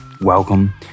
welcome